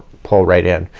pull right in.